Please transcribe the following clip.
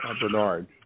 Bernard